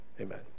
Amen